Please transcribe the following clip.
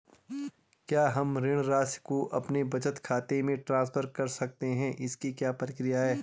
क्या हम ऋण राशि को अपने बचत खाते में ट्रांसफर कर सकते हैं इसकी क्या प्रक्रिया है?